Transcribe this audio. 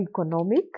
economic